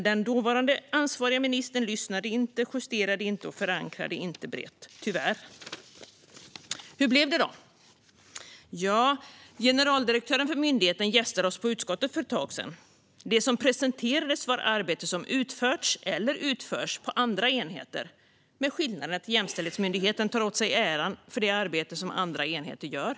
Den dåvarande ansvariga ministern lyssnade tyvärr inte, justerade inte förslaget och förankrade inte det hela brett. Fru talman! Hur blev det då? Generaldirektören för myndigheten gästade oss i utskottet för ett tag sedan. Det som presenterades var arbete som utförts eller utförs på andra enheter, med skillnaden att Jämställdhetsmyndigheten tar åt sig äran för det arbete som andra enheter gör.